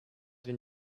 been